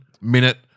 minute